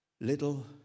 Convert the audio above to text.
little